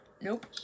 nope